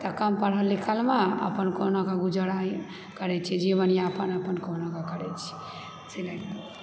तऽ कम पढ़ल लिखलमे अपन कहुनाके गुजारा करै छी जीवनयापन अपन कहुनाके करैत छी सिलाइ कएकऽ